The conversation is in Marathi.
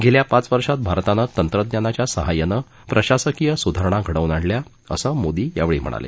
गेल्या पाच वर्षात भारतानं तंत्रज्ञानाच्या सहाय्यानं प्रशासकीय सुधारणा घडून आल्या असं मोदी यावेळी म्हणाले